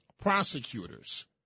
prosecutors